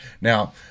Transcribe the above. Now